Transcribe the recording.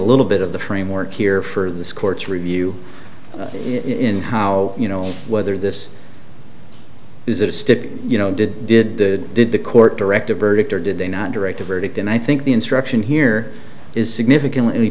little bit of the framework here for this court's review in how you know whether this is a stick you know did did the did the court directed verdict or did they not direct a verdict and i think the instruction here is significantly